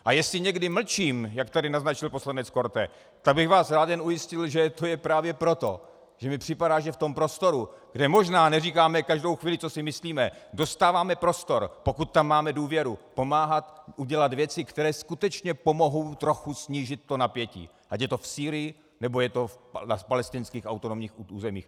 A jestli někdy mlčím, jak tady naznačil poslanec Korte, tak bych vás rád jen ujistil, že je to právě proto, že mi připadá, že v tom prostoru, kde možná neříkáme každou chvíli, co si myslíme, dostáváme prostor, pokud tam máme důvěru, pomáhat udělat věci, které skutečně pomohou trochu snížit napětí, ať je to v Sýrii, nebo je to na palestinských autonomních územích.